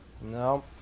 No